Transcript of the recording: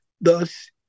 thus